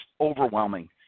overwhelming